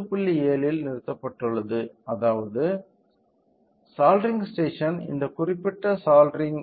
7 இல் நிறுத்தப்பட்டுள்ளது அதாவது சாலிடரிங் ஸ்டேஷன் இந்த குறிப்பிட்ட சாலிடரிங்